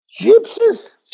Gypsies